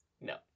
No